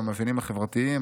במאפיינים החברתיים,